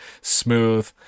smooth